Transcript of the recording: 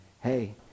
hey